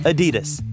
Adidas